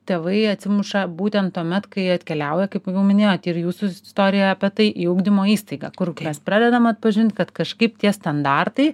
tėvai atsimuša būtent tuomet kai atkeliauja kaip jau minėjot ir jūsų istorija apie tai į ugdymo įstaigą kur mes pradedam atpažint kad kažkaip tie standartai